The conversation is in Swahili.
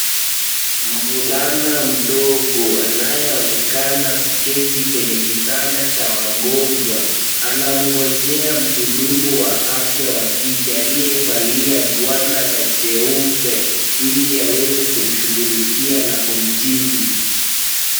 Mvulana mdogo anayeonekana kuketi kwenye kitanda cha wagonjwa, anamngojea mhudumu wa afya wa kike aliyevalia gwanda la jeupe, ili aweze kumshughulikia na kumtibu.